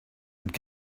would